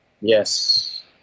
Yes